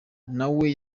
nawe